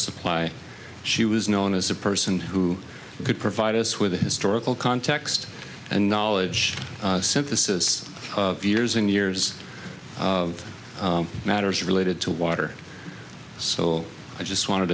supply she was known as a person who could provide us with historical context and knowledge synthesis of years and years of matters related to water so i just wanted